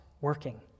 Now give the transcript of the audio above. working